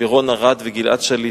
ברון ארד וגלעד שליט.